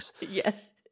Yes